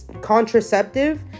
contraceptive